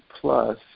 plus